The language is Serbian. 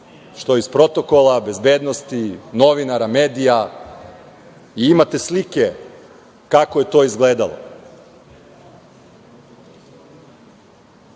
što iz protokola, bezbednosti, novinara, medija. Imate slike kako je to izgledalo,